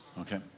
Okay